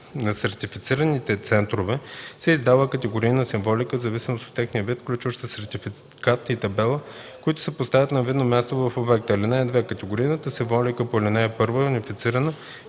На сертифицираните центрове се издава категорийна символика в зависимост от техния вид, включваща сертификат и табела, които се поставят на видно място в обекта. (2) Категорийната символика по ал. 1 е унифицирана